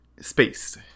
Space